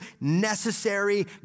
necessary